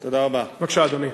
בבקשה, אדוני.